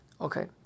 Okay